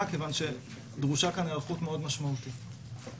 מכיוון שדרושה כאן היערכות משמעותית מאוד.